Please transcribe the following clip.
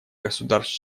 государств